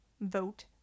vote